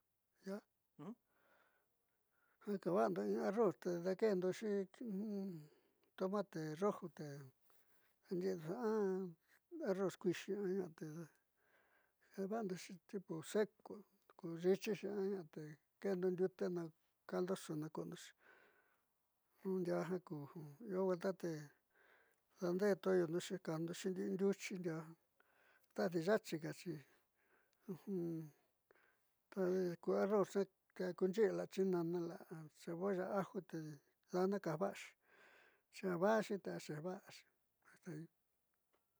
Ja kaavaando in arroz te daakendoxi tomate rojo o arroz kuixi aña'a te dava'andoxitipo seco kuyi'ichixi a ña'a te daande'e to'o ndiute na caldoso no koondoxi ju ndiaa jaa ku io kibelta te daandee to'yondoxi ndi'i ndiuchi ndiaa tadi ya'achikaxi ku arroz te kuunxi'i la'a chinana la cebolla aju tedi dana kava'axi xi a va'axi te a kajva'axi.